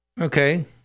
Okay